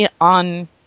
on